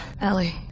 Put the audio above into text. Ellie